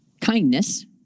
kindness